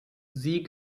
sie